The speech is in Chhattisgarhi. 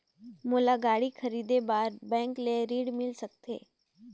मोला गाड़ी खरीदे बार बैंक ले ऋण मिल सकथे?